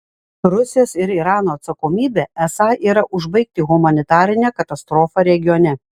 rusijos ir irano atsakomybė esą yra užbaigti humanitarinę katastrofą regione